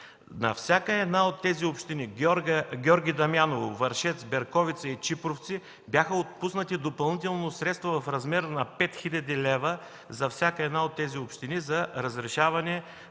На всяка една от тези общини: Георги Дамяново, Вършец, Берковица и Чипровци бяха отпуснати допълнително средства в размер на 5 хил. лв. за всяка една от тези общини за разрешаване